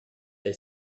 they